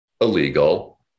illegal